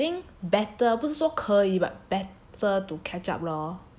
better 不是说可以 but better to catch up lor ya